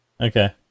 okay